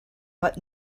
but